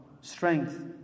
Strength